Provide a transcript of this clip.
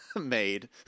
made